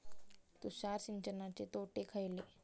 तुषार सिंचनाचे तोटे खयले?